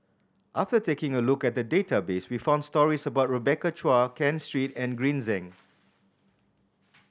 after taking a look at the database we found stories about Rebecca Chua Ken Seet and Green Zeng